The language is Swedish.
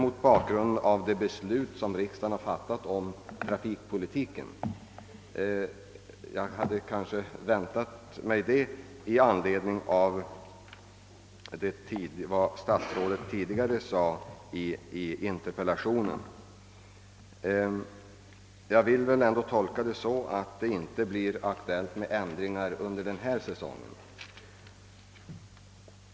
Jag tolkar det ändå så att det inte blir aktuellt med ändringar under innevarande säsong.